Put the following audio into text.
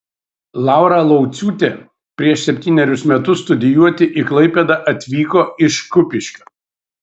laura lauciūtė prieš septynerius metus studijuoti į klaipėdą atvyko iš kupiškio